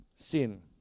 Sin